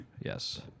Yes